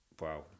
Wow